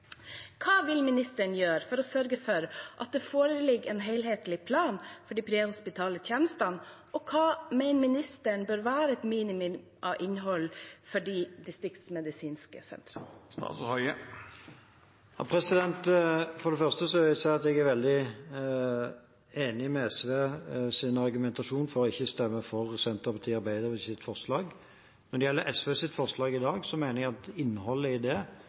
Hva vil ministeren gjøre for å sørge for at det foreligger en helhetlig plan for de prehospitale tjenestene? Og hva mener ministeren bør være et minimum av innhold for de distriktsmedisinske sentrene? For det første vil jeg si at jeg er veldig enig i SVs argumentasjon for ikke å stemme for Senterpartiet og Arbeiderpartiets forslag. Når det gjelder SVs forslag i dag, mener jeg at innholdet i det